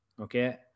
Okay